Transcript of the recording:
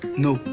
no.